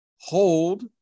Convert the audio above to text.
hold